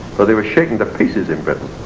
but they were shaken to pieces in britain.